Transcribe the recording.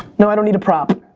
no, i don't need a prop.